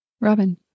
Robin